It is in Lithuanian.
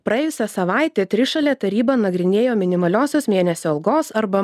praėjusią savaitę trišalė taryba nagrinėjo minimaliosios mėnesio algos arba